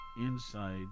inside